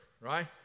right